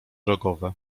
rogowe